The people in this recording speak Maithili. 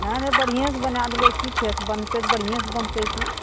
नहि नहि बढ़ियेंसँ बना देबय की फेस बनतय तऽ बढ़ियेंसँ बनतय की